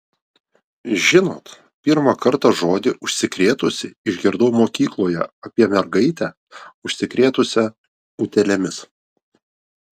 žinot pirmą kartą žodį užsikrėtusi išgirdau mokykloje apie mergaitę užsikrėtusią utėlėmis